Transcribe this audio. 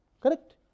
correct